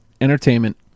entertainment